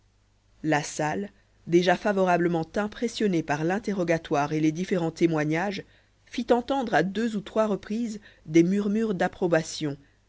la salle déjà favorablement impressionnée par l'interrogatoire et les différents témoignages fit entendre à deux ou trois reprises des murmures d'approbation